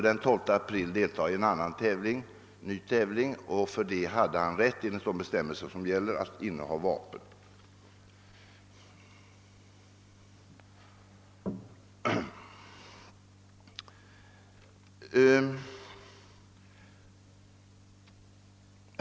Den 12 april skulle han ha deltagit i en ny tävling, och fördenskull hade han enligt de bestämmelser som gäller rätt att inneha vapen.